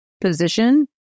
position